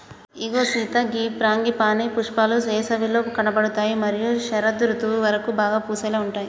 ఇగో సీత గీ ఫ్రాంగిపానీ పుష్పాలు ఏసవిలో కనబడుతాయి మరియు శరదృతువు వరకు బాగా పూసేలాగా ఉంటాయి